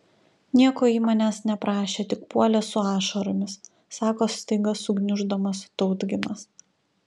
nieko ji manęs neprašė tik puolė su ašaromis sako staiga sugniuždamas tautginas